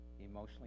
emotionally